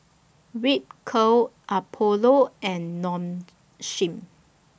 Ripcurl Apollo and Nong Shim